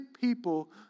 people